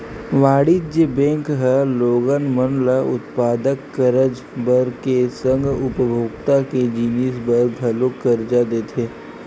वाणिज्य बेंक ह लोगन मन ल उत्पादक करज बर के संग उपभोक्ता के जिनिस बर घलोक करजा देथे